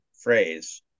phrase